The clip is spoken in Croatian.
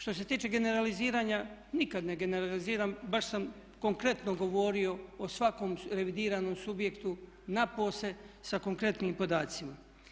Što se tiče generaliziranja nikad ne generaliziram, baš sam konkretno govorio o svakom revidiranom subjektu napose sa konkretnim podacima.